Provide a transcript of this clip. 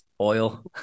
Oil